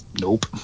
nope